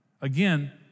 Again